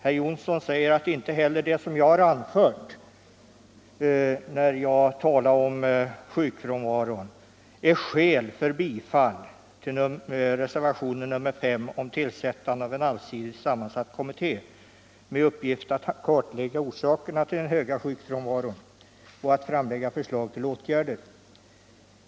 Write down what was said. Herr Johnsson säger att inte heller det som jag har anfört, när jag talat om sjukfrånvaron, är skäl för bifall till reservationen 5 vid betänkandet nr 4 om tillsättande av en allsidigt sammansatt kommitté med uppgift att kartlägga orsakerna till den höga sjukfrånvaron och att framlägga förslag till åtgärder.